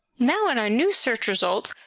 now in our new search result,